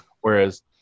Whereas